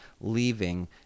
leaving